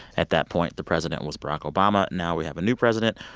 at that point, the president was barack obama. now we have a new president.